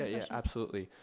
ah yeah, absolutely.